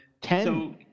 Ten